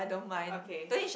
okay